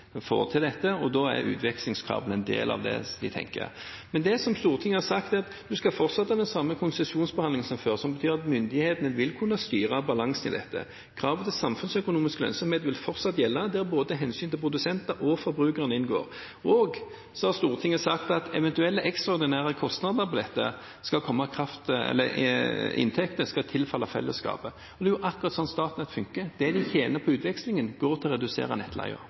til dette, og da er utvekslingskabler en del av det de tenker. Det Stortinget har sagt, er at en skal fortsette med samme konsesjonsbehandling som før, som betyr at myndighetene vil kunne styre balansen i dette. Kravet til samfunnsøkonomisk lønnsomhet vil fortsatt gjelde, der hensyn til både produsenter og forbrukere inngår. Stortinget har også sagt at eventuelle ekstraordinære inntekter skal tilfalle fellesskapet. Og det er jo akkurat slik Statnett fungerer. Det de tjener på utvekslingen, går til å redusere